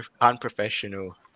unprofessional